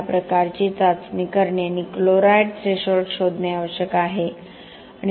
या प्रकारची चाचणी करणे आणि क्लोराईड थ्रेशोल्ड शोधणे आवश्यक आहे